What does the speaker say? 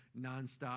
nonstop